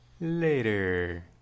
later